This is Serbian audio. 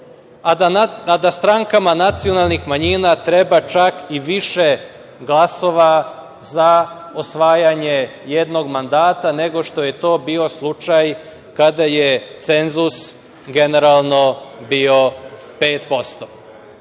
a da strankama nacionalnih manjina treba čak i više glasova za osvajanje jednog mandata nego što je to bio slučaj kada je cenzus generalno bio 5%.U